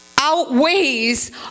outweighs